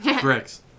Bricks